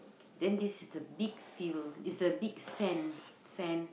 then this is the big field is a big sand sand